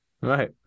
Right